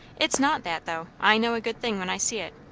it's not that, though. i know a good thing when i see it.